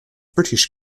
british